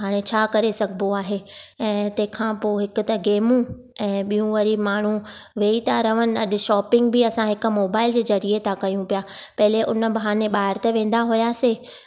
हाणे छा करे सघिबो आहे ऐं तंहिंखां पोइ हिकु त गेमूं ऐं ॿियूं वरी माण्हू वेही त रहणु ऐं अॼु शॉपिंग बि असां हिकु मोबाइल जे ज़रिए था कयूं पिया पहिरियों उन बहाने ॿाहिरि त वेंदा हुआसीं